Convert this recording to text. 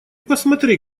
посмотри